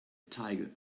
tiger